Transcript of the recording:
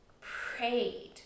prayed